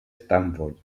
stanford